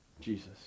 Jesus